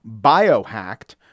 Biohacked